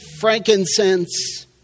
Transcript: frankincense